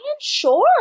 Sure